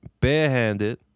barehanded